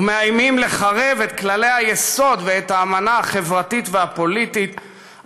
ומאיימים לחרב את כללי היסוד ואת האמנה החברתית והפוליטית שעל